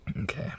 Okay